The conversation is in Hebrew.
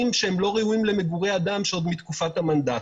שאינם ראויים למגורי אדם שעוד מתקופת המנדט,